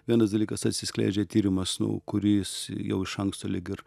vienas dalykas atsiskleidžia tyrimas nu kuris jau iš anksto lyg ir